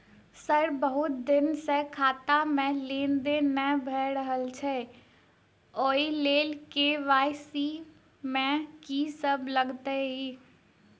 Sir बहुत दिन सऽ खाता मे लेनदेन नै भऽ रहल छैय ओई लेल के.वाई.सी मे की सब लागति ई?